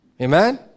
Amen